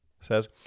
says